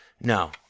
No